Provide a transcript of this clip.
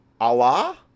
Allah